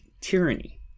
tyranny